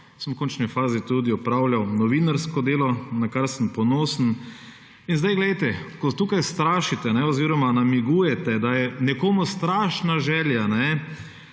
sem v končni fazi tudi opravljal novinarko delo, na kar sem ponosen in zdaj glejte, ko tukaj strašite oziroma namigujete, da je nekomu strašna želja